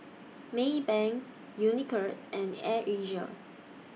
Maybank Unicurd and Air Asia